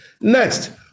Next